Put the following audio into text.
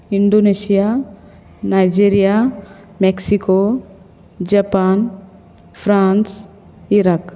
Indonesia Nigeria Mexico Japan France Iraq